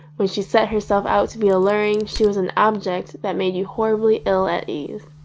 when she set herself out to be alluring she was an object that made you horribly ill-at-ease.